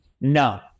No